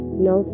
no